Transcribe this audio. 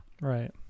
Right